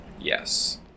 Yes